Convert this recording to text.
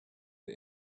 the